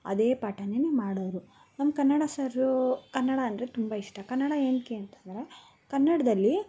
ಅದೇ ಪಾಠನೆ ಮಾಡೋವ್ರು ನಮ್ಮ ಕನ್ನಡ ಸರ್ರೂ ಕನ್ನಡ ಅಂದರೆ ತುಂಬ ಇಷ್ಟ ಕನ್ನಡ ಏನಕ್ಕೆ ಅಂತಂದರೆ ಕನ್ನಡದಲ್ಲಿ